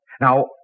Now